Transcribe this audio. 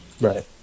right